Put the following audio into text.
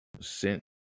sent